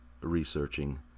researching